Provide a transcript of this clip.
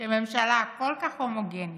שממשלה כל כך הומוגנית,